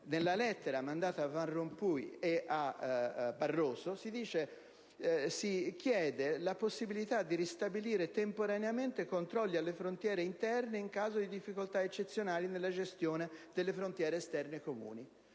Nella lettera mandata da Van Rompuy a Barroso, infatti, si chiede la possibilità di ristabilire temporaneamente controlli alle frontiere interne in caso di difficoltà eccezionali nella gestione delle frontiere esterne comuni,